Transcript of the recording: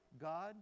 God